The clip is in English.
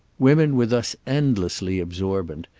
women were thus endlessly absorbent,